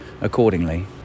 accordingly